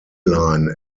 line